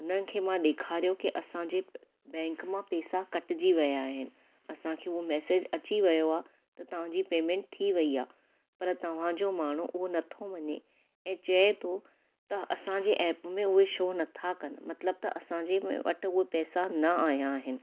हुननि खे मां ॾेखारियो की असां जे बैंक मां पेसा कटजी विया आहिनि असां खे उहो मैसेज अची वियो आहे त तव्हां जी पेमेंट थी वई आहे पर तव्हां जो माण्हू उहो न थो मञे ऐं चए थो त असांजे ऐप में उहे शो न था कनि मतिलब त असांजे वटि उहे पैसा न आया आहिनि